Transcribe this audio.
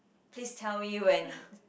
please tell me when